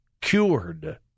cured